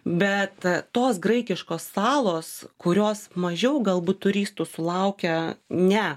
bet tos graikiškos salos kurios mažiau galbūt turistų sulaukia ne